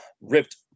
ripped